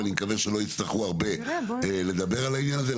ואני מקווה שלא יצטרכו הרבה לדבר על העניין הזה.